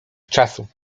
czasu